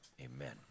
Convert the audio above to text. Amen